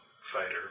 fighter